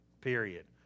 period